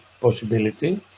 possibility